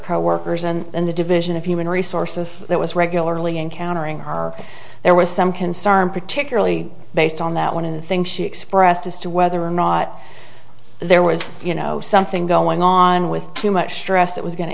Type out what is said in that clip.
coworkers and the division of human resources that was regularly encountering are there was some concern particularly based on that one of the think she expressed as to whether or not there was you know something going on with too much stress that was going to